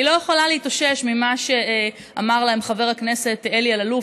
אני לא יכולה להתאושש ממה שאמר להם חבר הכנסת אלי אלאלוף,